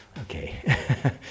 Okay